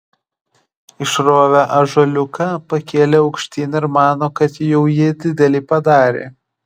išrovė ąžuoliuką pakėlė aukštyn ir mano kad jau jį didelį padarė